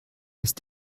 ist